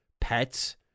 pets